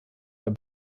der